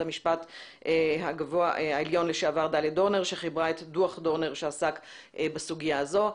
המשפט העליון לשעבר דליה דורנר שחיברה את דוח דורנר שעסק בסוגיה הזאת.